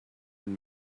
and